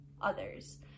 others